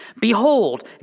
Behold